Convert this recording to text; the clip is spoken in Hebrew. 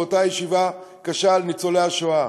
באותה ישיבה קשה על ניצולי השואה.